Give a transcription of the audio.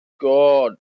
God